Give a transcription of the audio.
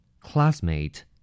Classmate